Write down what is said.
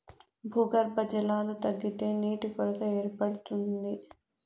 భూగర్భ జలాలు తగ్గితే నీటి కొరత ఏర్పడుతుంది